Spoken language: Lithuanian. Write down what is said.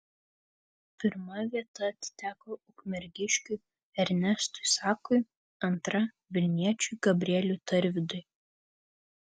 pirma vieta atiteko ukmergiškiui ernestui sakui antra vilniečiui gabrieliui tarvidui